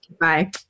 bye